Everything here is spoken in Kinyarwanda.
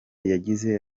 yagize